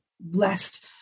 blessed